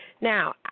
Now